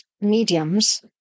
mediums